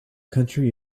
county